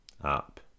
up